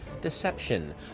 deception